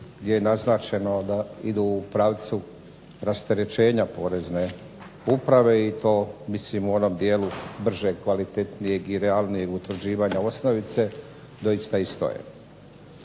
gdje je naznačeno da idu u pravcu rasterećenja Porezne uprave i to mislim u onom dijelu bržeg i kvalitetnijeg i realnijeg utvrđivanja osnovice doista i stoje.